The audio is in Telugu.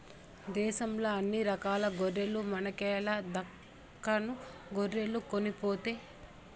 దేశంల అన్ని రకాల గొర్రెల మనకేల దక్కను గొర్రెలు కొనితేపో